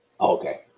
Okay